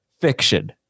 fiction